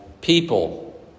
people